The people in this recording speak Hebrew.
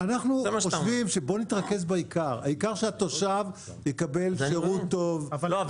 בוא נתרכז בעיקר העיקר שהתושב יקבל שירות טוב -- לא,